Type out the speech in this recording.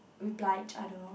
reply each other